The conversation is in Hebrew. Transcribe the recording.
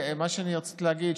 מה שאני רציתי להגיד,